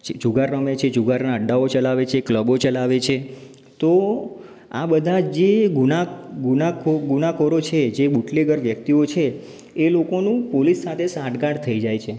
જુગાર રમે છે જુગારના અડ્ડાઓ ચલાવે છે ક્લબો ચલાવે છે તો આ બધા જે ગુના ગુનાખો ગુનાખોરો છે જે બુટલેગર વ્યક્તિઓ છે એ લોકોનું પોલીસ સાથે સાંઠગાંઠ થઇ જાય છે